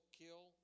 kill